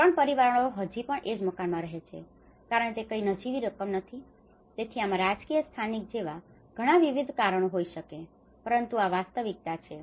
ત્રણ પરિવારો હજી પણ એ જ મકાનમાં રહે છે કારણ કે તે કઈ નજીવી રકમ નથી તેથી આમાં રાજકીય સ્થાનિક જેવા ઘણાં વિવિધ કારણો હોઈ શકે છે પરંતુ આ વાસ્તવિકતા છે